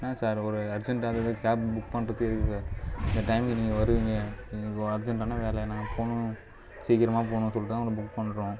என்ன சார் ஒரு அர்ஜெண்ட்டானதுக்கு கேப் புக் பண்ணுறது எதுக்கு சார் இந்த டைமுக்கு நீங்கள் வருவீங்க இப்போது ஒரு அர்ஜெண்ட்டான வேலையாக நான் போகணும் சீக்கிரமாக போகணுன்னு சொல்லிட்டு தான் உங்களை புக் பண்ணுறோம்